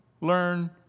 learn